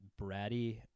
bratty